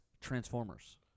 Transformers